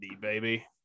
baby